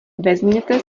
vezměte